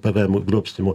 pvm grobstymo